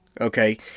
Okay